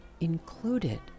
included